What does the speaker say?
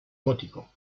gótico